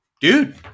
dude